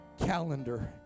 calendar